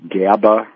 GABA